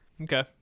Okay